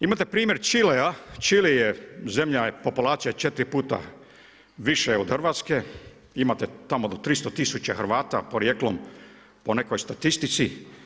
Imate primjer Čilea, Čile je zemlja populacije 4 puta više od Hrvatske, imate tamo do 300 000 Hrvata porijeklom po nekoj statistici.